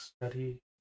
study